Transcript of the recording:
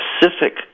specific